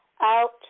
out